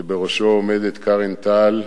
שבראשו עומדת קארן טל,